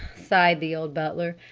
sighed the old butler.